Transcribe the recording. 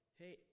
hey